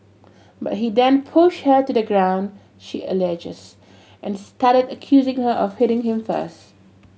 but he then pushed her to the ground she alleges and started accusing her of hitting him first